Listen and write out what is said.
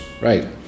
right